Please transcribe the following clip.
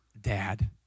dad